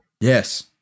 Yes